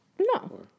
no